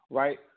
right